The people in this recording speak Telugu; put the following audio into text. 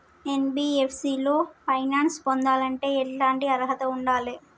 ఎన్.బి.ఎఫ్.సి లో ఫైనాన్స్ పొందాలంటే ఎట్లాంటి అర్హత ఉండాలే?